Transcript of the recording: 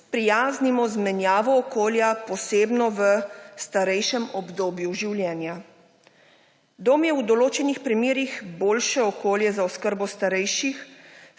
sprijaznimo z menjavo okolja posebno v starejšem odboju življenja. Dom je v določenih primerih boljše okolje za oskrbo starejših,